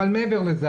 אבל מעבר לזה,